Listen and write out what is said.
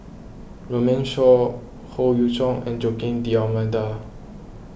Runme Shaw Howe Yoon Chong and Joaquim D'Almeida